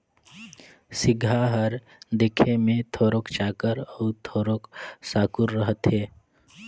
सिगहा हर देखे मे थोरोक चाकर अउ थोरोक साकुर रहथे